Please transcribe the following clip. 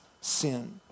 sin